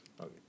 Okay